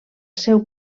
seu